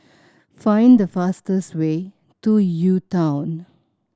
find the fastest way to U Town